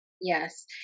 Yes